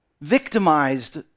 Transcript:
victimized